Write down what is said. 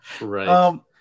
Right